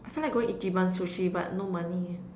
I feel like going ichiban sushi but no money leh